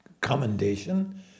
commendation